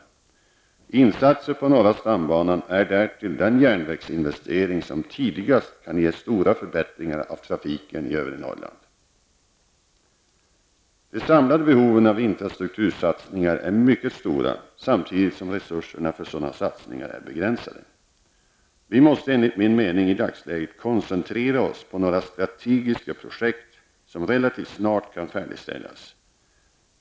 En insats på norra stambanan är därtill den järnvägsinvestering som tidigast kan ge stora förbättringar av trafiken i övre Norrland. De samlade behoven av infrastruktursatsningar är mycket stora samtidigt som resurserna för sådana satsningar är begränsade. Vi måste enligt min mening i dagsläget koncentrera oss på några strategiska projekt som relativt snart kan färdigställas.